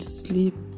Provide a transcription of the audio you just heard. sleep